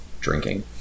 drinking